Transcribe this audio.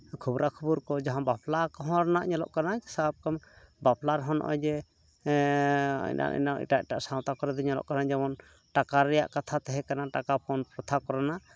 ᱠᱷᱚᱵᱨᱟ ᱠᱷᱚᱵᱚᱨ ᱠᱚ ᱡᱟᱦᱟᱸ ᱵᱟᱯᱞᱟ ᱠᱚᱦᱚᱸ ᱨᱮᱱᱟᱜ ᱧᱮᱞᱚᱜ ᱠᱟᱱᱟ ᱥᱟᱵ ᱠᱟᱜ ᱢᱮ ᱵᱟᱯᱞᱟ ᱨᱮᱦᱚᱸ ᱱᱚᱜᱼᱚᱭ ᱡᱮ ᱮᱴᱟᱜ ᱮᱴᱟᱜ ᱥᱟᱶᱛᱟ ᱠᱚᱨᱮ ᱫᱚ ᱧᱮᱞᱚᱜ ᱠᱟᱱᱟ ᱡᱮᱢᱚᱱ ᱴᱟᱠᱟ ᱨᱮᱭᱟᱜ ᱠᱟᱛᱷᱟ ᱛᱟᱦᱮᱸ ᱠᱟᱱᱟ ᱴᱟᱠᱟ ᱯᱚᱱ ᱯᱨᱚᱛᱷᱟ ᱠᱚᱨᱮᱱᱟᱜ